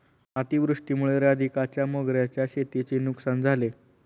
अतिवृष्टीमुळे राधिकाच्या मोगऱ्याच्या शेतीची नुकसान झाले